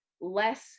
less